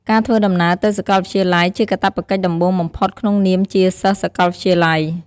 ការធ្វើដំណើរទៅសាកលវិទ្យាល័យជាកាតព្វកិច្ចដំបូងបំផុតក្នុងនាមជា សិស្សសកលវិទ្យាល័យ។